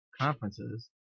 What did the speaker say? conferences